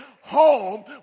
home